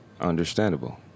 Understandable